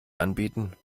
anbieten